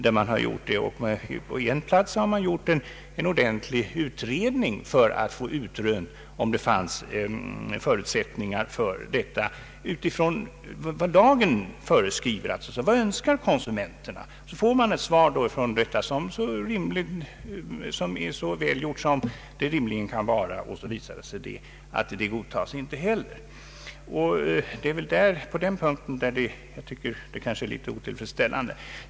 På en plats har man gjort en ordentlig utredning för att få utrönt om det fanns förutsättningar, utifrån vad lagen föreskriver, att få kartlagt konsumenternas önskemål i detta hänseende. Så får man ett svar, som är så välgjort som det rimligen kan vara, men det visar sig så småningom att inte heller det godtas. På den punkten anser jag att förhållandena är litet otillfredsställande.